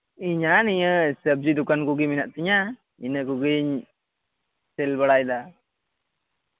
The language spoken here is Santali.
ᱤᱧᱟᱹᱜ ᱱᱤᱭᱟᱹ ᱥᱚᱵᱽᱡᱤ ᱫᱚᱠᱟᱱ ᱠᱚᱜᱮ ᱢᱮᱱᱟᱜ ᱛᱤᱧᱟ ᱤᱱᱟᱹ ᱠᱚᱜᱮᱧ ᱥᱮᱹᱞ ᱵᱟᱲᱟᱭᱫᱟ